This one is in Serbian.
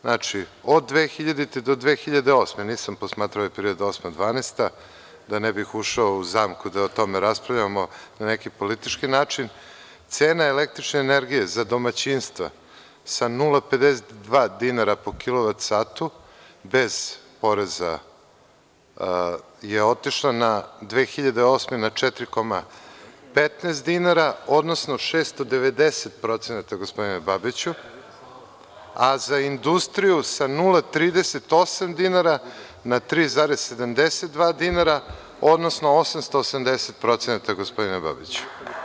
Znači, od 2000.-2008. godine, nisam posmatrao 2008.-2012. godinu, da ne bih ušao u zamku da o tome raspravljamo na neki politički način, cena električne energije za domaćinstva sa 0,52 dinara po kilovat satu bez poreza je otišla 2008. godine na 4,15 dinara, odnosno 690% gospodine Babiću, a za industriju sa 0,38 dinara na 3,72 dinara, odnosno 880% gospodine Babiću.